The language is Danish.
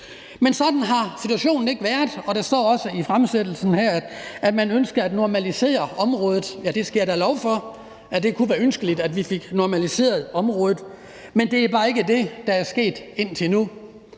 Men sådan har situationen ikke været, og der står også i fremsættelsen af lovforslaget her, at man ønsker at normalisere området. Ja, det skal jeg da love for. Det kunne da være ønskeligt, at vi fik normaliseret området, men det er bare ikke det, der er sket indtil nu.